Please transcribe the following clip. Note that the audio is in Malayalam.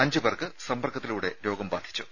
അഞ്ചുപേർക്ക് സമ്പർക്കത്തിലൂടെ രോഗം ബാധിച്ചത്